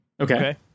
Okay